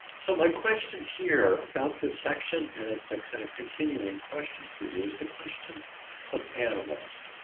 so my question here about the section and it's a kind of continuing question for you is the question of animals.